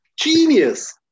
genius